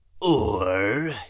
Or